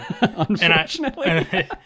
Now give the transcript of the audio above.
Unfortunately